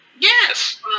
Yes